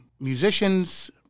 musicians